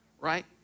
right